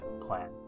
plan